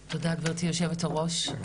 תודה, גברתי יושבת הראש.